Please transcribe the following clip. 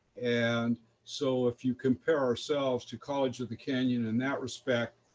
and so if you compare ourselves to college of the canyons in that respect,